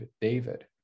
David